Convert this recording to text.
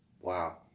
Wow